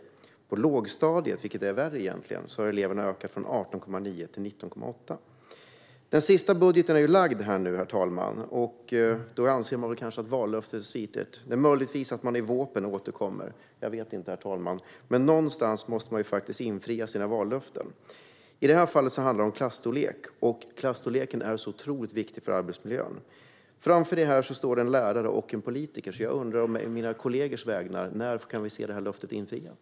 På lågstadiet, vilket är värre egentligen, har antalet elever ökat från 18,9 till 19,8. Den sista budgeten är nu lagd, herr talman, och då anser man kanske att vallöftet är sviket. Möjligtvis återkommer man i VÅP:en - jag vet inte, herr talman. Men någonstans måste man faktiskt infria sina vallöften. I detta fall handlar det om klasstorlek, något som är otroligt viktigt för arbetsmiljön. Framför dig här står en lärare och en politiker, så jag undrar å mina kollegors vägnar: När får vi se detta löfte infrias?